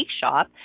shop